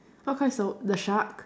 what colour is the the shark